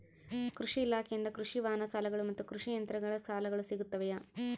ಕೃಷಿ ಇಲಾಖೆಯಿಂದ ಕೃಷಿ ವಾಹನ ಸಾಲಗಳು ಮತ್ತು ಕೃಷಿ ಯಂತ್ರಗಳ ಸಾಲಗಳು ಸಿಗುತ್ತವೆಯೆ?